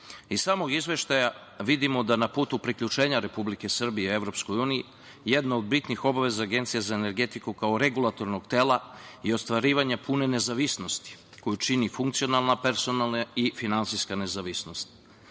samog Izveštaja vidimo da na putu priključenja Republike Srbije EU, jedna od bitnih obaveza Agencije za energetiku, kao regulatornog tela i ostvarivanje pune nezavisnosti koju čini funkcionalna, personalne i finansijska nezavisnost. Predmet